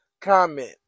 comment